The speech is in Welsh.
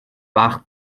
bach